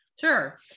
Sure